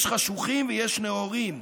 יש חשוכים ויש נאורים.